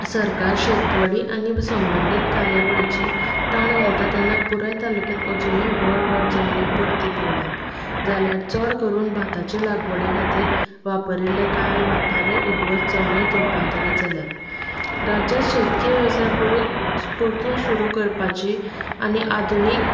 सरकार शेतवडी आनी संबंदींत कार्यावळीचेर ताण घालता तेन्ना पुराय तालुक्यांत अजुनूय व्हड व्हड जमनी परती पडल्यात जाल्यार चड करून भाताचे लागवडी खातीर वापरिल्ले कांय वाटारय उद्वस्त जमनींत रुपांतरीत जाल्यात